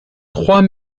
trois